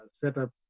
setup